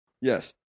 Yes